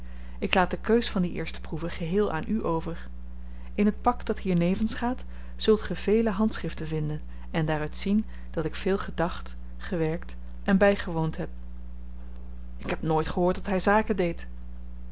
ik laat de keus van die eerste proeve geheel aan u over in het pak dat hiernevens gaat zult ge vele handschriften vinden en daaruit zien dat ik veel gedacht gewerkt en bygewoond heb ik heb nooit gehoord dat hy zaken deed